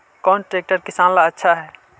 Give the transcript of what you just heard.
कौन ट्रैक्टर किसान ला आछा है?